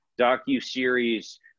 docu-series